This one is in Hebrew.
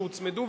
שהוצמדו,